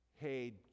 Hey